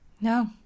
No